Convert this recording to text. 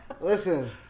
listen